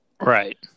Right